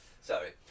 Sorry